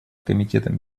комитетом